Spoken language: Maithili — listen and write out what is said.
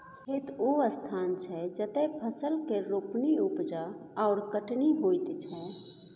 खेत ओ स्थान छै जतय फसल केर रोपणी, उपजा आओर कटनी होइत छै